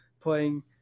playing